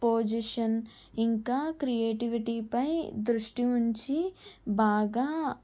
position ఇంకా క్రియేటివిటీపై దృష్టి ఉంచి బాగా